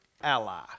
ally